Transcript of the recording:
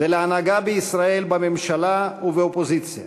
ולהנהגה בישראל, בממשלה ובאופוזיציה,